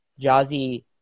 Jazzy